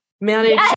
manage